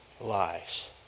lives